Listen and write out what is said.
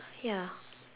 ya